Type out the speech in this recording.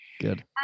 Good